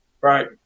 Right